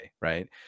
Right